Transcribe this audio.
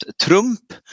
Trump